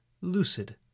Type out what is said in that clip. lucid